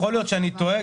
יכול להיות שאני טועה,